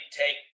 take